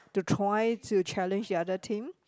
to try to challenge the other team